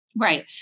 Right